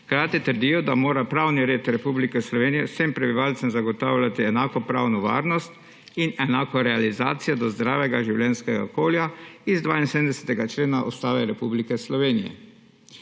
Hkrati trdijo, da mora pravni red Republike Slovenije vsem prebivalcem zagotavljati enako pravno varnost in enako realizacijo do zdravega življenjskega okolja iz 72. člena Ustave Republike Slovenije.